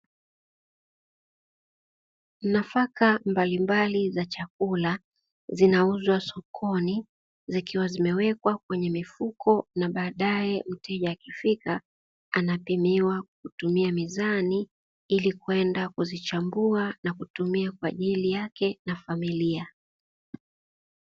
Nafaka mbalimbali za chakula zinauzwa sokoni zikiwa zimewekwa kwenye mifuko, na baadaye mteja akifika anapimiwa kutumia mizani ili kwenda kuzichambua na kutumia kwa ajili yake na familia.